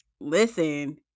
Listen